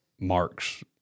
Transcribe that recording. marks